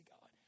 God